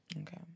Okay